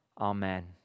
Amen